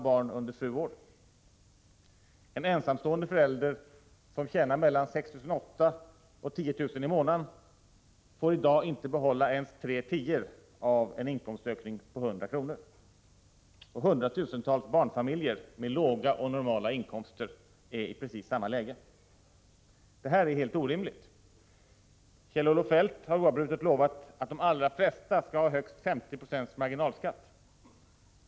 En ensamstående förälder med mellan 6 800 och 10 000 kr. i månaden får i dag inte behålla ens tre tior av en inkomstökning på 100 kr., och hundratusentals barnfamiljer med låga och normala inkomster är i precis samma läge. Det här är helt orimligt. Kjell-Olof Feldt har oavbrutet lovat att de allra flesta skall ha högst 50 26 marginalskatt.